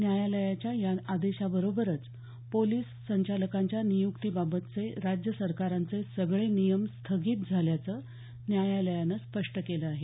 न्यायालयाच्या या आदेशाबरोबरच पोलिस संचालकांच्या निय्क्तीबाबतचे राज्य सरकारांचे सगळे नियम स्थगित झाल्याचं न्यायालयानं स्पष्ट केलं आहे